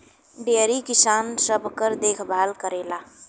dairy किसान सबकर देखभाल करेला